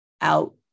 out